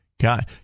God